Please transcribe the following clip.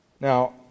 Now